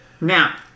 Now